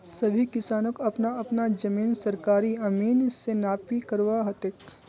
सभी किसानक अपना अपना जमीन सरकारी अमीन स नापी करवा ह तेक